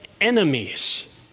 enemies